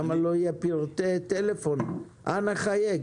למה לא יהיה מספר טלפון האומר אנא חייג.